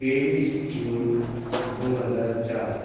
तेवीस जून दोन हजार चार